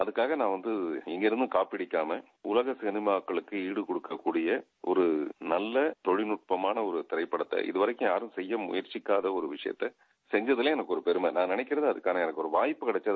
அதுக்காக நான் வந்து எங்கையும் காப்பி அடிக்காம உலக சினிமாக்களுக்கு ஈடுகொடுக்கக்கூடிய ஒரு நல்ல தொழில்நட்பமான ஒரு திரைப்படத்தை இதுவரைக்கும் யாரும் செய்ய முயற்சிக்காத ஒரு விஷயத்தை செஞ்சதுல எனக்கு ஒரு பெருமை நான் நினைக்கிறது அதக்கான ஒரு வாய்ட்பு கிடைத்து ரொம்ப சுந்தோசமாக எடுத்துக்கிறேன்